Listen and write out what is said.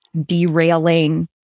derailing